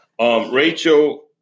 Rachel